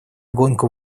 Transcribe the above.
гонку